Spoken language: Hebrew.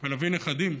ולהביא נכדים.